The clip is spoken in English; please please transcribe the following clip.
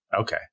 Okay